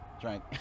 drank